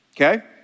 okay